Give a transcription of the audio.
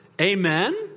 Amen